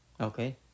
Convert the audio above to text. Okay